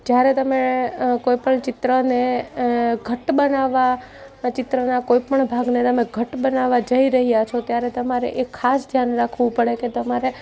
જ્યારે તમે કોઈપણ ચિત્રને ઘટ બનાવવા ચિત્રના કોઈપણ ભાગને તમે ઘટ બનાવા જઈ રહ્યા છો ત્યારે તમારે એ ખાસ ધ્યાન રાખવું પડે કે તમારે